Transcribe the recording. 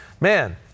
man